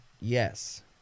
Yes